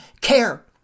care